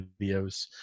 videos